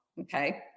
Okay